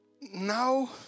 Now